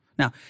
Now